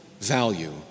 value